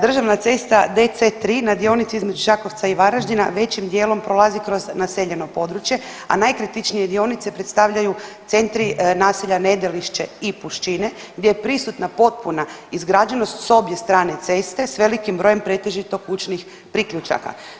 Državna cesta DC3 na dionici između Čakovca i Varaždina većim dijelom prolazi kroz naseljeno područje, a najkritičnije dionice predstavljaju centri naselja Nedelišće i Pušćine gdje je prisutna potpuna izgrađenost o obje strane ceste s velikim brojem pretežito kućnih priključaka.